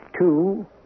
Two